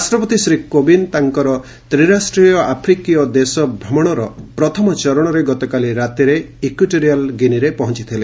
ରାଷ୍ଟ୍ରପତି ଶ୍ରୀ କୋବିନ୍ଦ ତାଙ୍କର ତ୍ରିରାଷ୍ଟ୍ରୀୟ ଆଫ୍ରିକୀୟ ଦେଶ ଭ୍ରମଣର ପ୍ରଥମ ଚରଣରେ ଗତକାଲି ରାତିରେ ଇକ୍ୟୁଟରିଆଲ୍ ଗିନିରେ ପହଞ୍ଚଥିଲେ